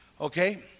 Okay